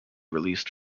released